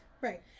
Right